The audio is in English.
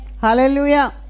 Hallelujah